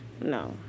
No